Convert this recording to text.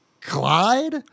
Clyde